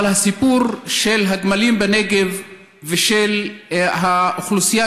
אבל הסיפור של הגמלים בנגב ושל האוכלוסייה